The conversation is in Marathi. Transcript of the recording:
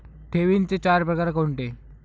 ठेवींचे चार प्रकार कोणते?